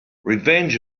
revenge